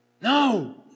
No